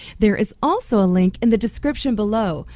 there is also a link in the description below,